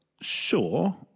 sure